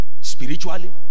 Spiritually